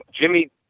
Jimmy